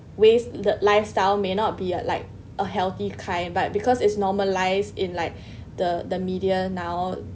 waste the lifestyle may not be like a healthy kind but because is normalised in like the the media now